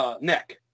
neck